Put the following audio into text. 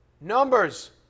numbers